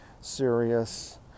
serious